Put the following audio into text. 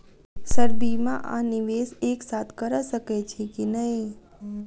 Sir बीमा आ निवेश एक साथ करऽ सकै छी की न ई?